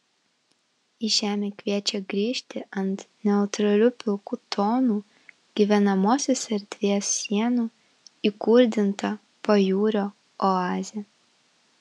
į žemę kviečia grįžti ant neutralių pilkų tonų gyvenamosios erdvės sienų įkurdinta pajūrio oazė